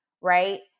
Right